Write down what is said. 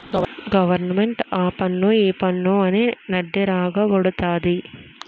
government ఆపన్ను ఈపన్ను అని నడ్డిరగ గొడతంది